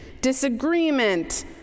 disagreement